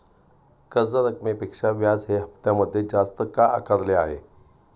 कर्ज रकमेपेक्षा व्याज हे हप्त्यामध्ये जास्त का आकारले आहे?